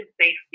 safety